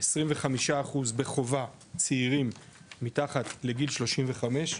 25 אחוז בחובה צעירים מתחת לגיל 35,